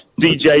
DJ